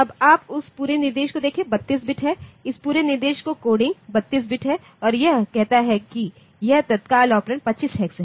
अब आप उस पूरे निर्देश को देखें 32 बिट है इस पूरे निर्देश का कोडिंग 32 बिट है और यह कहता है कि यह तत्काल ऑपरेंड 25 हेक्स है